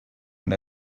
and